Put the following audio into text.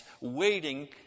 waiting